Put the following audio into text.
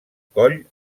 coll